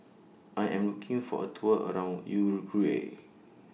I Am looking For A Tour around Uruguay